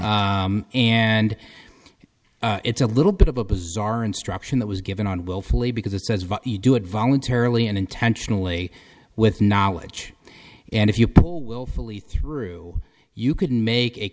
and it's a little bit of a bizarre instruction that was given on willfully because it says if you do it voluntarily and intentionally with knowledge and if you pull willfully through you couldn't make